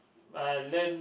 uh learn